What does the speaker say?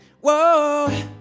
Whoa